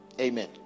Amen